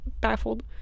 Baffled